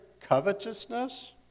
covetousness